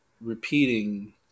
repeating